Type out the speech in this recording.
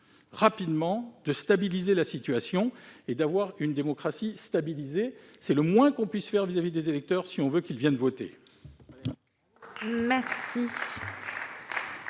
rapidement la situation pour avoir une démocratie stabilisée. C'est le moins que l'on puisse faire vis-à-vis des électeurs si l'on veut qu'ils aillent voter.